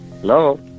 Hello